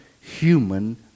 human